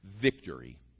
victory